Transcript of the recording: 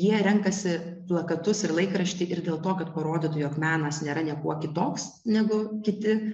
jie renkasi plakatus ir laikraštį ir dėl to kad parodytų jog menas nėra niekuo kitoks negu kiti